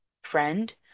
friend